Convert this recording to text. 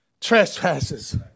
trespasses